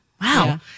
wow